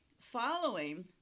following